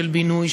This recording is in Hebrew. של בינוי,